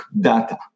data